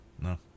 no